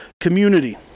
community